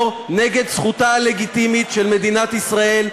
נגד זכותה הלגיטימית של מדינת ישראל,